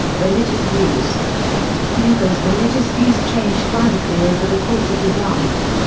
religious views hugo's religious views changed radically over the course of his life.